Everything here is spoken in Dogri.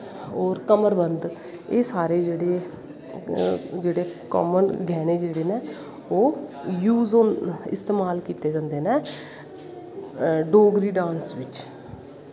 होर कमर बंद होरसारे जेह्ड़े कामन गैह्ने जेह्ड़े ओह् यूस ओह् इस्तेमाल कीते जंदे नै डोगरी डांस बिच्च